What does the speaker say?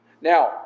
Now